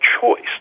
choice